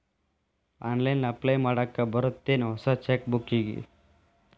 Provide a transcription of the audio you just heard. online apply ಮಾಡಾಕ್ ಬರತ್ತೇನ್ ಹೊಸ ಚೆಕ್ ಬುಕ್ಕಿಗಿ